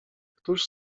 któż